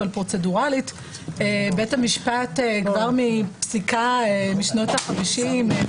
אבל פרוצדורלית בית המשפט כבר מפסיקה משנות החמישים,